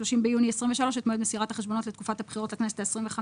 30 ביוני 2023 את מועד מסירת החשבונות לתקופת הבחירות לכנסת ה-25